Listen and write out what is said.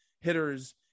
hitters